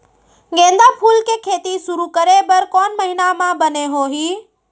गेंदा फूल के खेती शुरू करे बर कौन महीना मा बने होही?